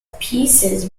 pieces